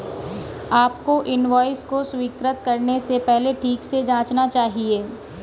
आपको इनवॉइस को स्वीकृत करने से पहले ठीक से जांचना चाहिए